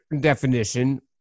definition